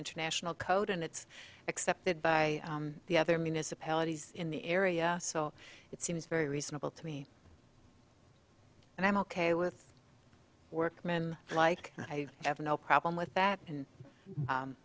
international code and it's accepted by the other municipalities in the area so it seems very reasonable to me and i'm ok with workman like i have no problem with that and